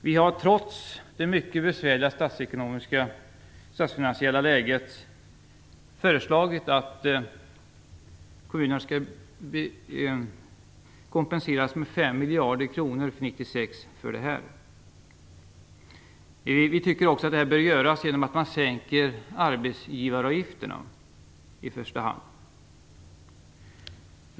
Vi har trots det mycket besvärliga statsfinansiella läget föreslagit att kommunerna år 1996 skall kompenseras med 5 miljarder för dessa. Vi tycker att det bör ske i första hand genom att arbetsgivaravgifterna sänks.